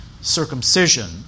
Circumcision